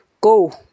Go